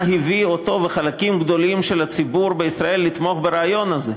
מה הביא אותו וחלקים גדולים של הציבור בישראל לתמוך ברעיון הזה.